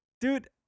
Dude